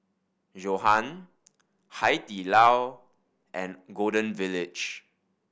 Johan Hai Di Lao and Golden Village